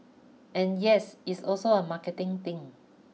and yes it's also a marketing thing